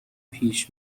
پیش